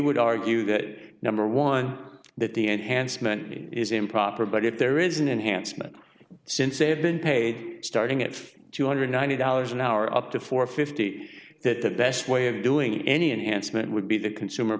would argue that number one that the enhancement is improper but if there is an enhancement since they have been paid starting at two hundred ninety dollars an hour up to four fifty that the best way of doing any enhancement would be the consumer